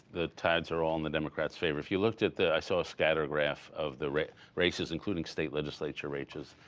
the tides are all in the democrats' favor. if you looked at the i saw a scatter graph of the races, including state legislature races,